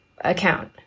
account